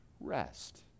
rest